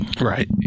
Right